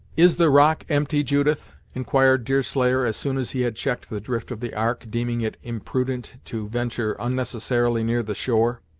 is the rock empty, judith? inquired deerslayer, as soon as he had checked the drift of the ark, deeming it imprudent to venture unnecessarily near the shore.